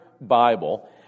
Bible